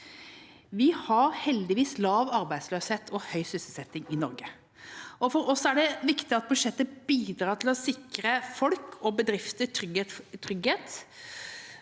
Vi har heldigvis lav arbeidsløshet og høy sysselsetting i Norge. For oss er det viktig at budsjettet bidrar til å sikre folk og bedrifter trygghet